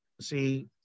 see